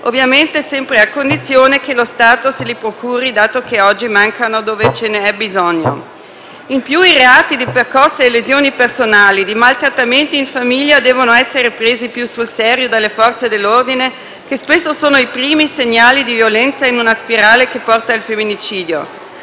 ovviamente sempre a condizione che lo Stato se li procuri, dato che oggi mancano dove ce ne è bisogno. In più, i reati di percosse e lesioni personali e di maltrattamento in famiglia devono essere presi più sul serio dalle Forze dell'ordine, perché spesso sono i primi segnali di violenza in una spirale che porta al femminicidio.